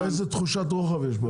איזה תחושת רוחב יש?